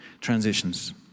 Transitions